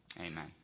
Amen